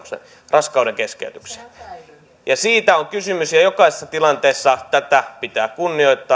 raskaudenkeskeytykseen siitä on kysymys ja jokaisessa tilanteessa tätä pitää kunnioittaa